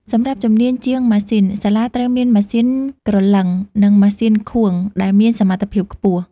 សម្រាប់ជំនាញ ជាងម៉ាស៊ីន សាលាត្រូវមាន ម៉ាស៊ីនក្រឡឹង និង ម៉ាស៊ីនខួង ដែលមានសមត្ថភាពខ្ពស់។